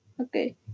Okay